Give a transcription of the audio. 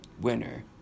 winner